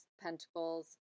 pentacles